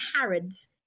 Harrods